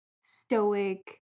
stoic